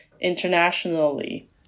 internationally